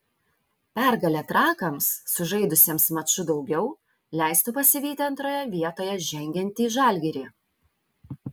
pergalė trakams sužaidusiems maču daugiau leistų pasivyti antroje vietoje žengiantį žalgirį